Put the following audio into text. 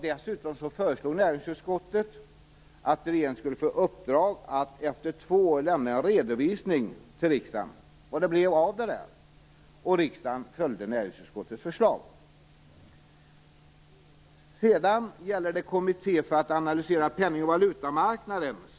Dessutom föreslog näringsutskottet att regeringen skulle få i uppdrag att efter två år lämna en redovisning till riksdagen av vad det blev av detta. Det tredje är en punkt i hemställan som gäller en kommitté för att analysera penning och valutamarknaden.